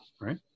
right